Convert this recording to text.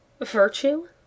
Virtue